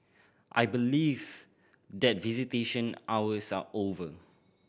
I believe that visitation hours are over